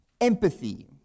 empathy